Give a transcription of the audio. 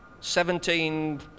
seventeen